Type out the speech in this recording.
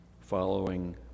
following